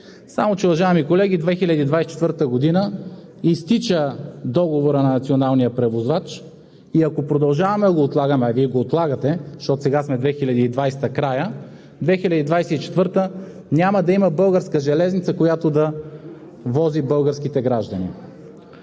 Само че, уважаеми колеги, през 2024 г. изтича договорът на националния превозвач и ако продължаваме да го отлагаме, а Вие го отлагате, защото сега сме в края на 2020 г., в 2024 г. няма да има българска железница, която да вози българските граждани.